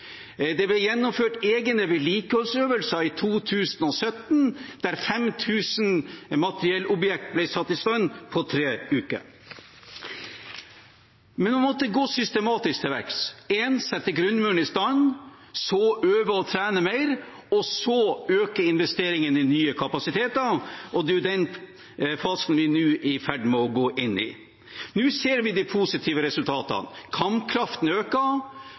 Det ble gjennomført egne vedlikeholdsøvelser i 2017, der 5 000 materiellobjekter ble satt i stand på tre uker. Men man måtte gå systematisk til verks – først sette grunnmuren i stand, så øve og trene mer og så øke investeringene i nye kapasiteter, og det er den fasen vi nå er i ferd med å gå inn i. Nå ser vi de positive resultatene. Kampkraften øker,